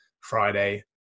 Friday